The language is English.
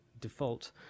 default